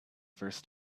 first